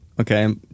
okay